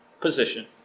position